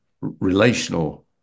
relational